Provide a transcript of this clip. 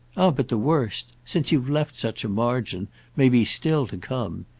ah but the worst since you've left such a margin may be still to come.